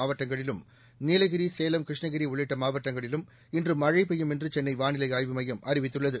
மாவட்டங்களிலும் நீலகிரி சேலம் கிருஷ்ணகிரி உள்ளிட்ட மாவட்டங்களிலும் இன்று மழை பெய்யும் என்று சென்னை வானிலை ஆய்வு மையம்அறிவித்துள்ளது